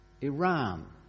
Iran